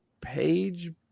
Page